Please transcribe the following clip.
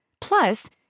Plus